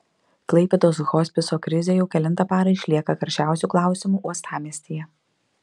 klaipėdos hospiso krizė jau kelintą parą išlieka karščiausiu klausimu uostamiestyje